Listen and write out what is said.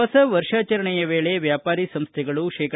ಹೊಸ ವರ್ಷಾಚರಣೆಯ ವೇಳೆ ವ್ಯಾಪಾರಿ ಸಂಸ್ಥೆಗಳು ಶೇ